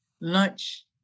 lunch